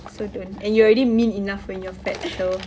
so don't and you're already mean enough when you're fat so